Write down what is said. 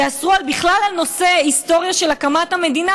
יאסרו בכלל את נושא ההיסטוריה של הקמת המדינה